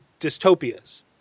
dystopias